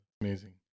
amazing